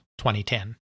2010